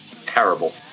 Terrible